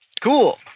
Cool